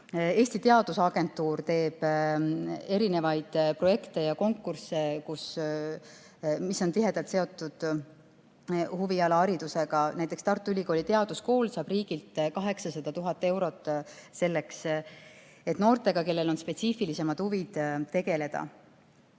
Eesti Teadusagentuur teeb erinevaid projekte ja konkursse, mis on tihedalt seotud huviharidusega. Näiteks Tartu Ülikooli teaduskool saab riigilt 800 000 eurot selleks, et tegeleda noortega, kellel on spetsiifilisemad huvid.